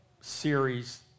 series